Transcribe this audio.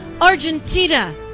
Argentina